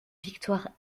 victoire